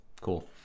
cool